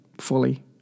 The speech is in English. fully